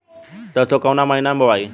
सरसो काउना महीना मे बोआई?